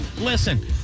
Listen